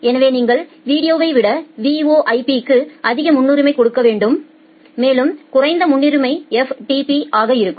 எனவே நீங்கள் வீடியோவை விட VoIP க்கு அதிக முன்னுரிமை கொடுக்க வேண்டும் மேலும் குறைந்த முன்னுரிமை FTP ஆக இருக்கும்